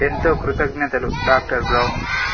ఎంతో కృతజ్ఞతలు doctor brown